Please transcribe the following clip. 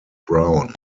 brown